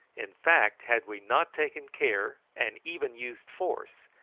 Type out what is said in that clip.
in fact had we not taken care, and even used force,